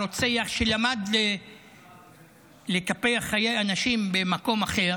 הרוצח שלמד לקפח חיי אנשים במקום אחר